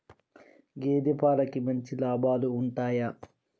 గేదే పాలకి మంచి లాభాలు ఉంటయా?